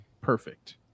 perfect